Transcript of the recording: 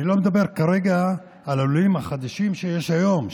אני לא מדבר כרגע על הלולים החדשים שיש היום,